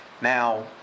Now